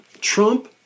Trump